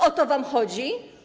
O to wam chodzi?